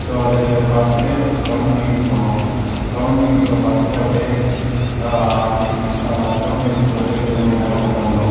so அது பார்த்துட்டு seven miles போனோம் செவன் மைல்ஸில் பார்த்துட்டு அப்டியே செவன் மைல்ஸில் போய் கொஞ்சம் நேரம் உக்காந்திருந்தோம்